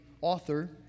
author